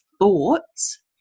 thoughts